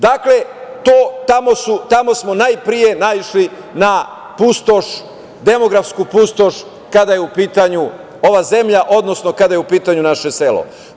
Dakle, tamo smo najpre naišli na pustoš, demografsku pustoš kada je u pitanju ova zemlja, odnosno kada je u pitanju naše selo.